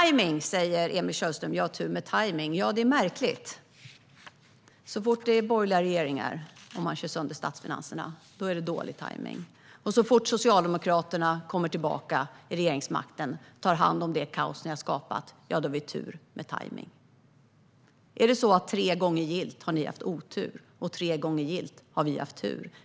Emil Källström säger att vi har tur med tajmningen. Det är märkligt att så fort det är borgerliga regeringar som kör sönder statsfinanserna är det dålig tajmning, och så fort Socialdemokraterna kommer tillbaka till regeringsmakten och tar hand om det kaos som ni har skapat har vi tur med tajmningen. Är det så att ni tre gånger gillt har haft otur och att vi tre gånger gillt har haft tur?